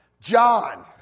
John